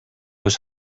was